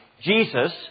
Jesus